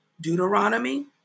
Deuteronomy